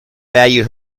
valued